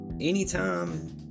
anytime